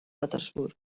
petersburg